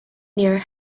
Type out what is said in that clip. near